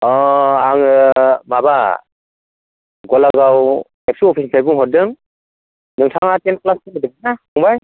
अह आङो माबा गलागाव एबसु अफिसनिफ्राय बुंहरदों नोंथाङा टेन क्लास फरायदोंमोनना फंबाय